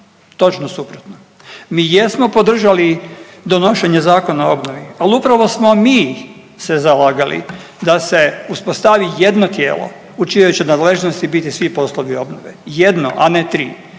točno suprotno. Mi jesmo podržali donošenje Zakona o obnova, al upravo smo mi se zalagali da se uspostavi jedno tijelo u čijoj će nadležnosti biti svi poslovi obnove, jedno, a ne tri.